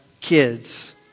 kids